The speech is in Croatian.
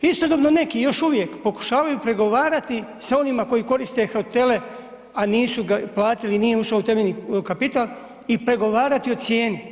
Istodobno neki još uvijek pokušavaju pregovarati sa onima koji koriste hotele a nisu platili, nije ušao u temeljni kapital i pregovarati o cijeni.